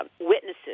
witnesses